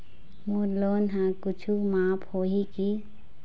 मोर loan हा कुछू माफ होही की?